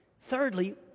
Thirdly